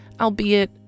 albeit